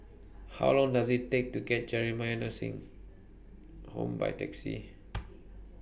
How Long Does IT Take to get Jamiyah Nursing Home By Taxi